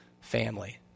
family